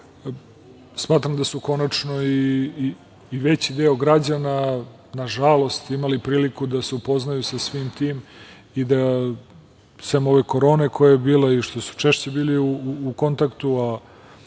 rade. Smatram da je konačno i veći deo građana, nažalost, imao priliku da se upozna sa svim tim i da, sem ove korone koja je bila i što su češće bili u kontaktu, kad